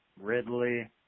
Ridley